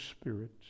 Spirit